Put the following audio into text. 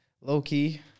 low-key